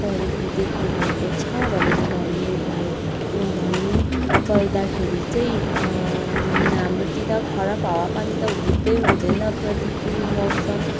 परेको देख्नुभएको छ भनेर भन्नुभएको भन्नु पर्दाखेरि चाहिँ हाम्रोतिर खराब हावापानी त हुँदै हुँदैन प्रतिकूल मौसम